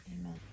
Amen